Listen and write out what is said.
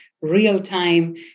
real-time